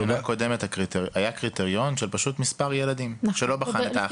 בשנה הקודמת היה קריטריון של מספר הילדים ולא בחנו את ההכנסה.